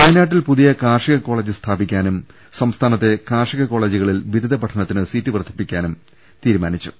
വയനാട്ടിൽ പുതിയ കാർഷിക കോളേജ് സ്ഥാപിക്കാനും സംസ്ഥാനത്തെ കാർഷിക കോളേജുകളിൽ ബിരുദ പഠന ത്തിന് സീറ്റ് വർദ്ധിപ്പിക്കാനും തീരുമാനിച്ചു